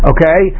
Okay